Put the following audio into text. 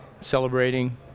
celebrating